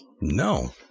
No